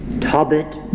Tobit